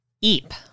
Eep